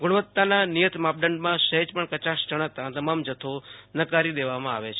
ગુણવતાના નિયત માપદંડમાં સહેજ પણ કચાસ જણાતા તમામ જથ્થો નકારી દેવામાં આવ્યો છે